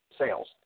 sales